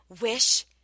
Wish